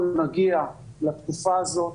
אנחנו נגיע לתקופה הזאת,